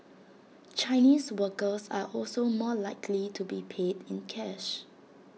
Chinese workers are also more likely to be paid in cash